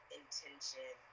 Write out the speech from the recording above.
intention